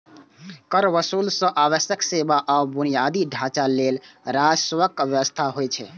कर वसूली सं आवश्यक सेवा आ बुनियादी ढांचा लेल राजस्वक व्यवस्था होइ छै